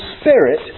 spirit